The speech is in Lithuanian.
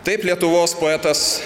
taip lietuvos poetas